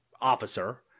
officer